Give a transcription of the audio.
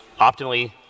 optimally